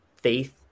faith